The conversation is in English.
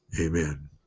Amen